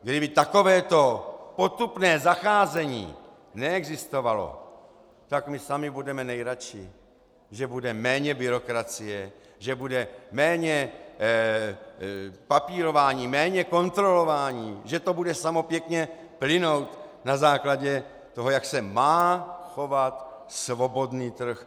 Kdyby takovéto potupné zacházení neexistovalo, tak my sami budeme nejraději, že bude méně byrokracie, že bude méně papírování, méně kontrolování, že to bude samo pěkně plynout na základě toho, jak se má chovat svobodný trh.